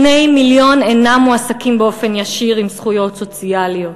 2 מיליון אינם מועסקים באופן ישיר ועם זכויות סוציאליות.